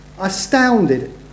astounded